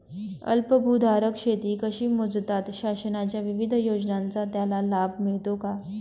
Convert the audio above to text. अल्पभूधारक शेती कशी मोजतात? शासनाच्या विविध योजनांचा त्याला लाभ मिळतो का?